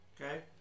Okay